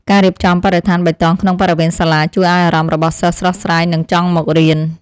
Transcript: ការរៀបចំបរិស្ថានបៃតងក្នុងបរិវេណសាលាជួយឱ្យអារម្មណ៍របស់សិស្សស្រស់ស្រាយនិងចង់មករៀន។